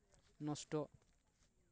ᱱᱚᱥᱴᱚᱜ